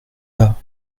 pas